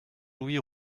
louis